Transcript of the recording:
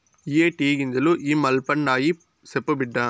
ఇయ్యే టీ గింజలు ఇ మల్పండాయి, సెప్పు బిడ్డా